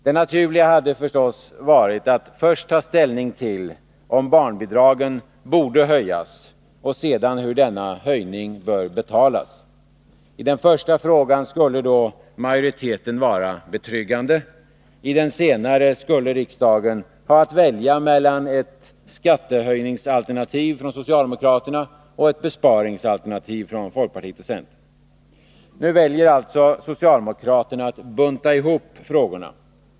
Det naturliga hade förstås varit att först ta ställning till om barnbidragen borde höjas och sedan hur denna höjning bör betalas. I den första frågan skulle då majoriteten vara betryggande. I den senare skulle riksdagen ha att välja mellan ett skattehöjningsalternativ från socialdemokraterna och ett besparingsalternativ från folkpartiet och centern. Nu väljer alltså socialdemokraterna att bunta ihop frågorna.